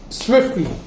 swiftly